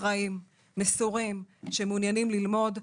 אחראים, מסורים, שמעוניינים ללמוד.